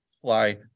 fly